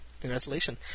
Congratulations